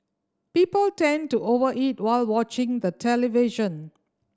people tend to over eat while watching the television